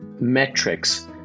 metrics